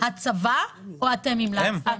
הצבא או אתם המלצתם?